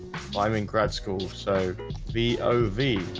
i'm in grad school. so be ov e